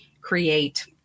create